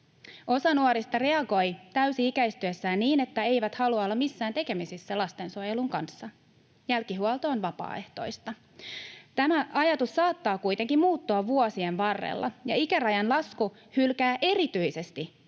Osa nuorista reagoi täysi-ikäistyessään niin, että eivät halua olla missään tekemisissä lastensuojelun kanssa — jälkihuolto on vapaaehtoista. Tämä ajatus saattaa kuitenkin muuttua vuosien varrella, ja ikärajan lasku hylkää erityisesti